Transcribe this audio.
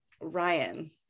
Ryan